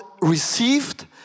received